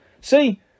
See